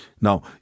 Now